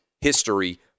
history